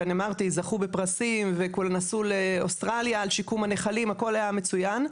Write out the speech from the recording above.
ואני אמרתי זכו בפרסים ונסעו לאוסטרליה על שיקום הנחלים הכל היה מצוין,